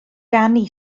ganu